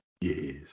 Yes